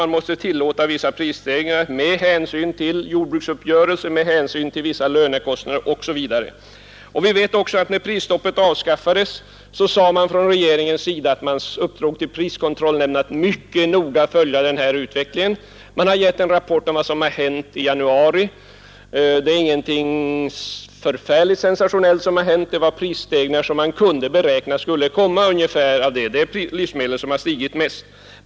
Man måste tillåta vissa prisstegringar med hänsyn till jordbruksuppgörelsen, med hänsyn till vissa lönekostnader OSV. Vi vet också att när prisstoppet avskaffades så uppdrog regeringen åt priskontrollnämnden att mycket noga följa prisutvecklingen. Man har avgett en rapport över vad som har hänt i januari, och det är ingenting sensationellt. De prisstegringar som har skett var ungefär de beräknade, och det är livsmedelspriserna som har stigit mest.